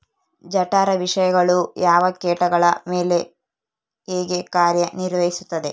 ಜಠರ ವಿಷಯಗಳು ಯಾವ ಕೇಟಗಳ ಮೇಲೆ ಹೇಗೆ ಕಾರ್ಯ ನಿರ್ವಹಿಸುತ್ತದೆ?